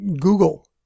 Google